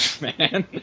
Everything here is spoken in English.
man